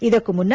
ಇದಕ್ಕೂ ಮುನ್ನ